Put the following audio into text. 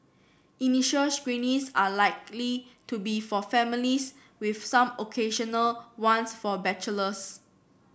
initial screenings are likely to be for families with some occasional ones for bachelors